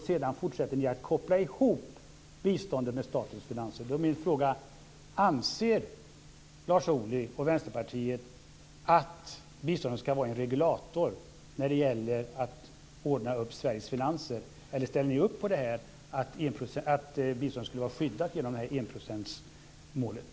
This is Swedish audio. Sedan fortsätter ni att koppla ihop biståndet med statens finanser. Då är min fråga: Anser Lars Ohly och Vänsterpartiet att biståndet ska vara en regulator när det gäller att ordna upp Sveriges finanser eller ställer ni upp på att biståndet skulle vara skyddat genom enprocentsmålet?